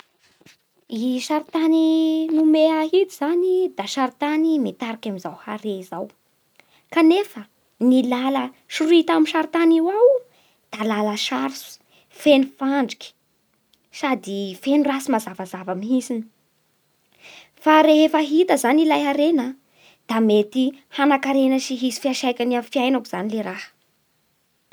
Ny sary tany nome ahy tiky zany da sary tany mitariky amin'izao hare zao. Kanefa ny lala sorita amin'ny sary tany ao da lala sarotsy, feno fandriky sady feno raha tsy mazavazava mihintsiny. Fa rehefa hita zany ilay harena mety hanakarena sy hisy fiantsaikany amin'ny fiainako zany le raha.